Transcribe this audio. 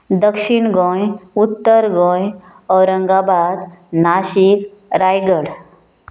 दक्षीण गोंय उत्तर गोंय औरंगाबाद नाशिक रायगढ